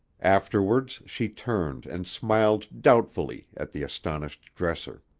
afterwards she turned and smiled doubtfully at the astonished dresser.